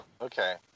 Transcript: Okay